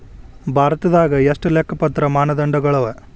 ಭಾರತದಾಗ ಎಷ್ಟ ಲೆಕ್ಕಪತ್ರ ಮಾನದಂಡಗಳವ?